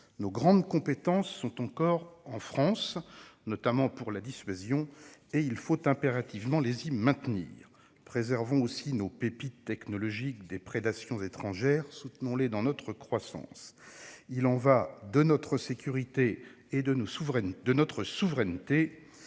Nos grandes compétences sont encore en France, notamment s'agissant de la dissuasion ; il nous faut impérativement les y maintenir. De même, préservons nos pépites technologiques des prédations étrangères, et soutenons-les dans leur croissance. Il y va de notre sécurité et de notre souveraineté,